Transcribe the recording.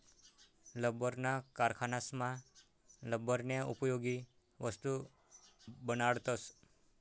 लब्बरना कारखानासमा लब्बरन्या उपयोगी वस्तू बनाडतस